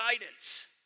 guidance